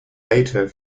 later